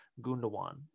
Gundawan